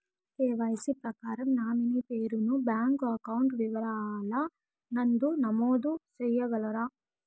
KYC ప్రకారం nominee పేరు ను బ్యాంకు అకౌంట్ వివరాల నందు నమోదు సేయగలరా?